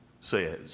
says